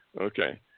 Okay